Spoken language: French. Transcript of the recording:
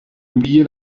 oublié